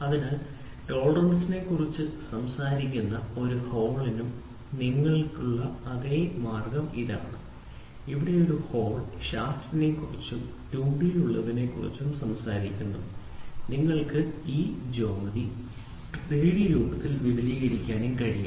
അതിനാൽ ടോളറൻസ്ക്കുറിച്ച് സംസാരിക്കുന്ന ഒരു ഹോളിനും നിങ്ങൾക്കുള്ള അതേ മാർഗ്ഗം ഇതാണ് ഇവിടെ ഒരു ഹോൾ ഷാഫ്റ്റിനെക്കുറിച്ചും 2Dയിൽ ഉള്ളതിനെക്കുറിച്ചും സംസാരിക്കുന്നു നിങ്ങൾക്ക് ഈ ജ്യാമിതി 3D രൂപത്തിൽ വിപുലീകരിക്കാനും കഴിയും